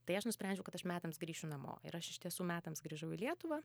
tai aš nusprendžiau kad aš metams grįšiu namo ir aš iš tiesų metams grįžau į lietuvą